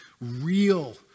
real